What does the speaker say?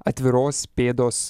atviros pėdos